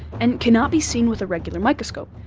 and cannot be seen with a regular microscope,